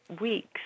weeks